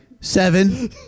seven